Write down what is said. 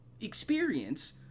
experience